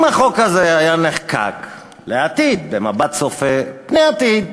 אם החוק הזה היה נחקק לעתיד, במבט צופה פני עתיד,